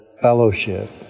fellowship